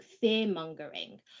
fear-mongering